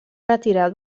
retirat